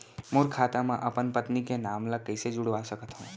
मोर खाता म अपन पत्नी के नाम ल कैसे जुड़वा सकत हो?